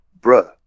bruh